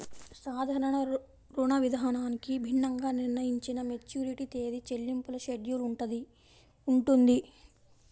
సాధారణ రుణవిధానానికి భిన్నంగా నిర్ణయించిన మెచ్యూరిటీ తేదీ, చెల్లింపుల షెడ్యూల్ ఉంటుంది